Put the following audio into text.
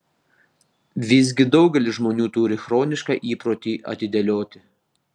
visgi daugelis žmonių turį chronišką įprotį atidėlioti